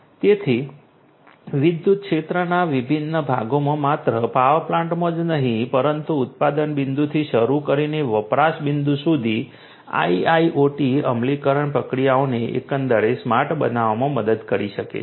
તેથી વિદ્યુત ક્ષેત્રના વિભિન્ન ભાગોમાં માત્ર પાવર પ્લાન્ટમાં જ નહીં પરંતુ ઉત્પાદન બિંદુથી શરૂ કરીને વપરાશ બિંદુ સુધી IIoT અમલીકરણ પ્રક્રિયાઓને એકંદરે સ્માર્ટ બનાવવામાં મદદ કરી શકે છે